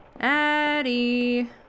Addie